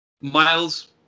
Miles